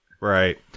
Right